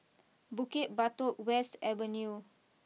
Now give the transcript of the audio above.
Bukit Batok West Avenue